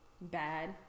Bad